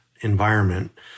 environment